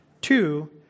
two